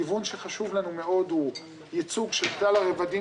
גיוון שחשוב לנו מאוד הוא ייצוג של כלל הרבדים